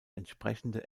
entsprechende